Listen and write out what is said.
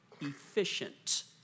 efficient